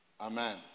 Amen